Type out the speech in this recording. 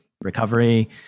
recovery